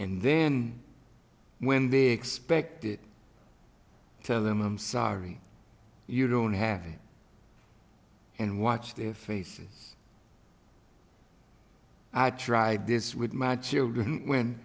and then when they expected tell them i'm sorry you don't have it and watch their faces i tried this with my children when